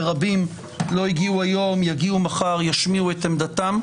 ורבים לא הגיעו היום יגיעו מחר וישמיעו את עמדתם.